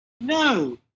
No